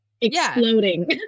exploding